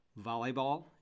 volleyball